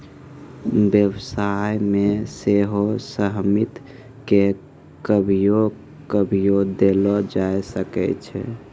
व्यवसाय मे सेहो सहमति के कभियो कभियो देलो जाय सकै छै